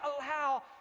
allow